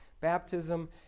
Baptism